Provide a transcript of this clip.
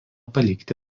palikti